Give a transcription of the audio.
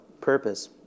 purpose